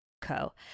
co